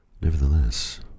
Nevertheless